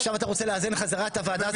עכשיו אתה רוצה לאזן חזרה את הוועדה הזאת.